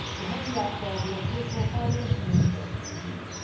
to help you out with all of your personal finance and investing needs.